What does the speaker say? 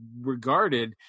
regarded